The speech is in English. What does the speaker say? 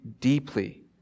deeply